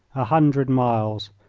a hundred miles,